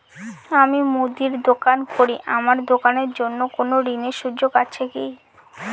আমি মুদির দোকান করি আমার দোকানের জন্য কোন ঋণের সুযোগ আছে কি?